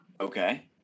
Okay